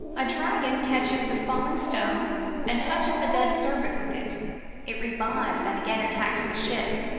a dragon catches the falling stone and touches the dead serpent with it it revives and again attacks the ship.